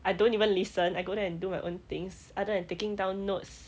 I don't even listen I go there and do my own things other than taking down notes